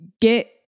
get